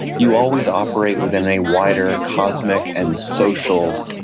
you always operate within a wider cosmic and social,